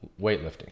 weightlifting